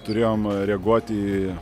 turėjom reaguoti į